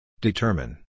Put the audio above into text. Determine